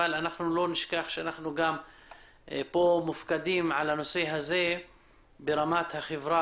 אבל לא נשכח שאנחנו מופקדים על הנושא ברמת החברה